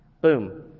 Boom